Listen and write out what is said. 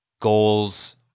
goals